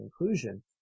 inclusion